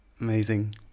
Amazing